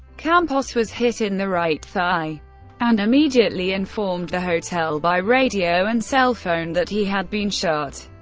campos was hit in the right thigh and immediately informed the hotel by radio and cellphone that he had been shot.